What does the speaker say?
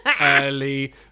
early